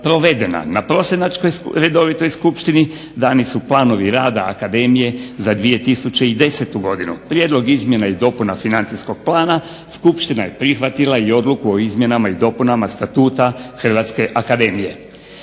provedena. Na prosinačkoj redovitoj skupštini dani su planovi rada akademije za 2010. godinu. Prijedlog izmjena i dopuna financijskog plana, skupština je prihvatila i odluku o izmjenama i dopunama Statuta Hrvatske akademije.